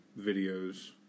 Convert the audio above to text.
videos